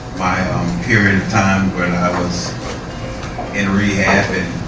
my um period of time when i was in rehab and